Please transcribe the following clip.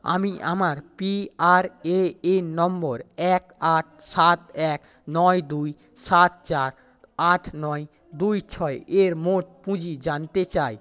আমি আমার PRAN number এক আট সাত এক নয় দুই সাত চার আট নয় দুই ছয় এর মোট পুঁজি জানতে চাই